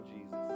Jesus